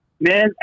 Man